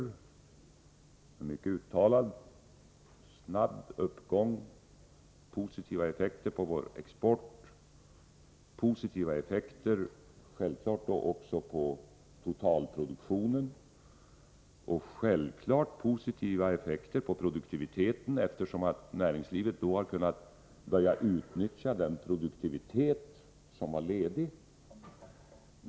Vi har en mycket uttalad, snabb uppgång med positiva effekter på vår export och naturligtvis också på totalproduktionen. Självfallet konstaterar vi också positiva effekter på produktiviteten, eftersom näringslivet har kunnat börja utnyttja den kapacitet som var ”ledig”.